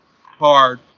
hard